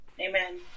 Amen